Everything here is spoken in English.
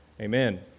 Amen